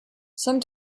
some